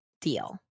deal